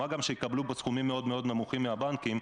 מה גם שיקבלו בסכומים מאוד מאוד נמוכים מהבנקים,